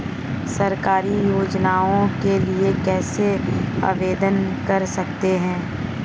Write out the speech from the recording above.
सरकारी योजनाओं के लिए कैसे आवेदन कर सकते हैं?